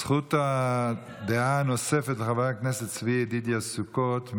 זכות הדעה הנוספת, לחבר הכנסת צבי ידידיה סוכות.